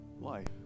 life